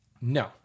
No